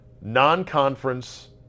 non-conference